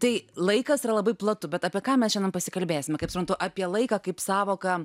tai laikas yra labai platu bet apie ką mes šiandien pasikalbėsime kaip suprantu apie laiką kaip sąvoką